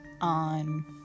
on